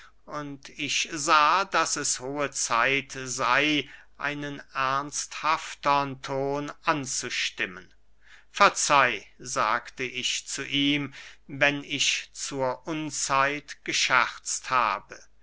und ich sah daß es hohe zeit sey einen ernsthaftern ton anzustimmen verzeih sagte ich zu ihm wenn ich zur unzeit gescherzt habe